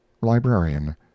librarian